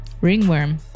Ringworm